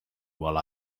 while